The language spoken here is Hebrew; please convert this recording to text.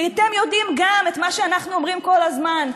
כי גם אתם יודעים את מה שאנחנו אומרים כל הזמן,